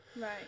right